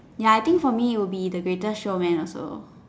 ya I think for me it will be the Greatest Showman also